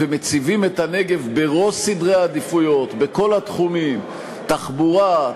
ומציבים את הנגב בראש סדר העדיפויות בכל התחומים: תחבורה,